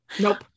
Nope